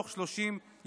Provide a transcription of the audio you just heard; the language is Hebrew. בתוך 30 ימים.